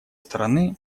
стороны